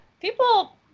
People